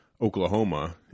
Oklahoma